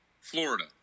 Florida